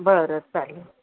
बरं चालेल